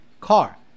car